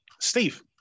Steve